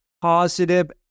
positive